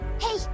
Hey